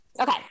okay